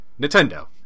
Nintendo